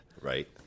right